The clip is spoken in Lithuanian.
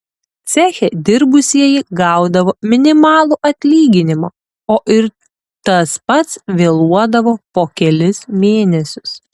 ceche dirbusieji gaudavo minimalų atlyginimą o ir tas pats vėluodavo po kelis mėnesius